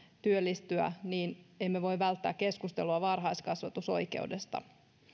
työllistyä niin emme voi välttää keskustelua varhaiskasvatusoikeudesta